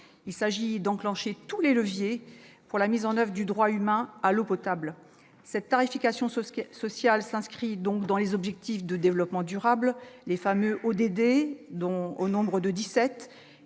Il s'agit d'enclencher tous les leviers pour la mise en oeuvre du droit de l'humain à l'eau potable. Cette tarification sociale s'inscrit dans les objectifs de développement durable, les fameux ODD, qui sont au